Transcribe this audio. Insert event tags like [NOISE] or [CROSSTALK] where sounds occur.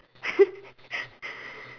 [LAUGHS]